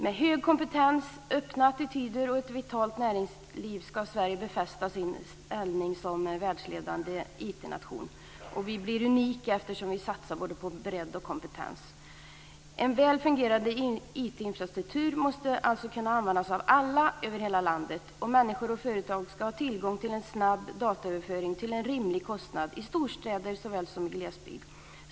Med hög kompetens, öppna attityder och ett vitalt näringsliv ska Sverige befästa sin ställning som världsledande IT-nation. Vi blir unika eftersom vi satsar både på bredd och kompetens. En väl fungerande IT-infrastruktur måste kunna användas av alla över hela landet. Människor och företag ska ha tillgång till en snabb dataöverföring till en rimlig kostnad i storstäder såväl som i glesbygd.